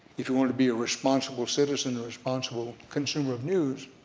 if you wanted to be a responsible citizen, a responsible consumer of news,